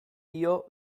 dio